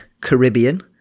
Caribbean